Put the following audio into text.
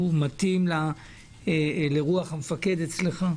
הוא מתאים לרוח המפקד אצלך,